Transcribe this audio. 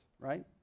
right